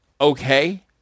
okay